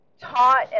taught